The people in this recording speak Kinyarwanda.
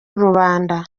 rubanda